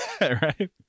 right